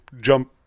jump